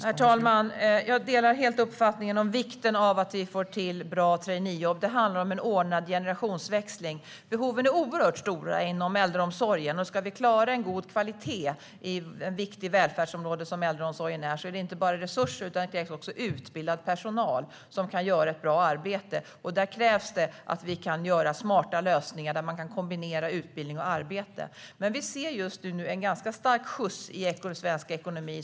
Herr talman! Jag delar helt uppfattningen om vikten av att vi får till bra traineejobb. Det handlar om en ordnad generationsväxling. Behoven är oerhört stora inom äldreomsorgen. Ska vi klara en god kvalitet på ett så viktigt välfärdsområde som äldreomsorgen krävs inte bara resurser utan också utbildad personal som kan göra ett bra arbete. Där krävs det att vi kan göra smarta lösningar där man kan kombinera utbildning och arbete. Vi ser just nu en ganska stark skjuts i svensk ekonomi.